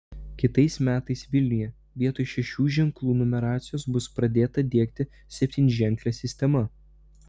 kitais metais vilniuje vietoj šešių ženklų numeracijos bus pradėta diegti septynženklė sistema